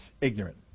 ignorant